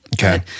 Okay